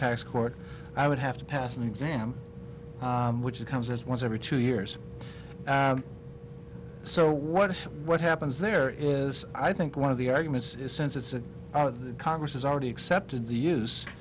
tax court i would have to pass an exam which comes as once every two years so what what happens there is i think one of the arguments is since it's the congress has already accepted the use